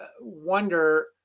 wonder